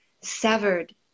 severed